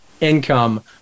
income